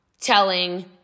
telling